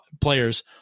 players